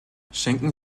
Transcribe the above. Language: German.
schenken